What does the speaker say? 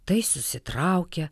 tai susitraukia